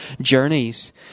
journeys